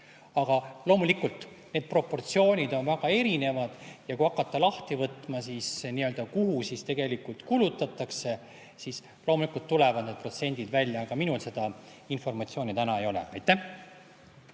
loomulikult need proportsioonid on väga erinevad. Kui hakata lahti võtma, kuhu siis tegelikult [maksuraha] kulutatakse, siis loomulikult tulevad need protsendid välja, aga minul seda informatsiooni täna ei ole. Aitäh!